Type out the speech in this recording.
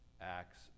acts